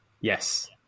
yes